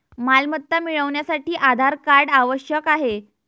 मालमत्ता मिळवण्यासाठी आधार कार्ड आवश्यक आहे